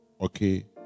Okay